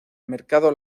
mercado